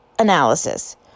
analysis